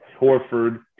Horford